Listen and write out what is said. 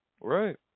Right